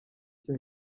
cyo